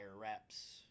reps